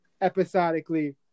episodically